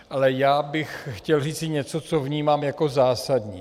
Ale já bych chtěl říci něco, co vnímám jako zásadní.